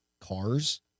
cars